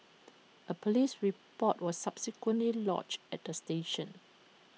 A Police report was subsequently lodged at the station